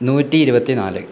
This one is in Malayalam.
നൂറ്റി ഇരുപത്തി നാല്